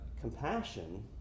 compassion